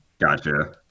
Gotcha